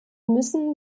müssen